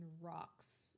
rocks